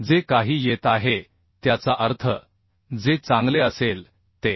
जे काही येत आहे त्याचा अर्थ जे चांगले असेल ते